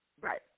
Right